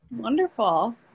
Wonderful